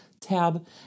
tab